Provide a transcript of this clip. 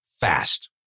fast